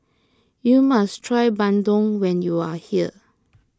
you must try Bandung when you are here